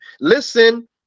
Listen